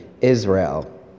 Israel